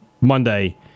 Monday